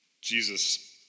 Jesus